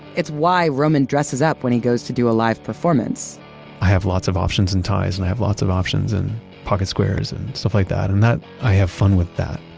it's why roman dresses up when he goes to do a live performance i have lots of options in ties and i have lots of options in pocket squares and stuff like that, and that, i have fun with that.